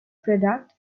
product